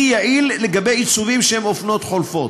יעיל לגבי עיצובים שהם אופנות חולפות.